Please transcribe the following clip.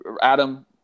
Adam